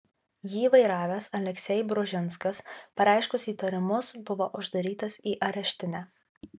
jį vairavęs aleksej bružinskas pareiškus įtarimus buvo uždarytas į areštinę